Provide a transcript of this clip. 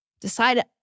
Decide